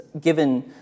given